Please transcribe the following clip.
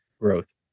growth